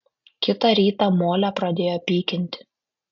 kitą rytą molę pradėjo pykinti